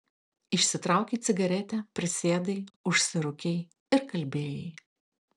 išsitraukei cigaretę prisėdai užsirūkei ir kalbėjai